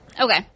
Okay